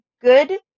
good